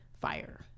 fire